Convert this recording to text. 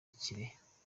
kirehe